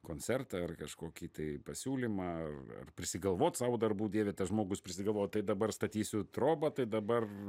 koncertą ar kažkokį tai pasiūlymą ar prisigalvot sau darbų dieve tas žmogus prisigalvoja tai dabar statysiu trobą tai dabar